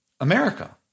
America